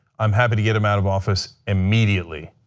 i'm happy to get him out of office immediately.